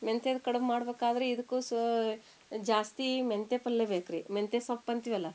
ಮೆಂತ್ಯೆದು ಕಡ್ಬು ಮಾಡ್ಬೇಕಾದ್ರ್ ಇದ್ಕೂ ಸೋ ಜಾಸ್ತಿ ಮೆಂತ್ಯ ಪಲ್ಲೆ ಬೇಕು ರೀ ಮೆಂತ್ಯ ಸೊಪ್ಪು ಅಂತೀವಲ್ವ